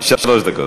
שלוש דקות.